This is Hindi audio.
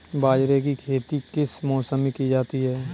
बाजरे की खेती किस मौसम में की जाती है?